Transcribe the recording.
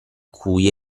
cui